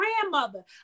grandmother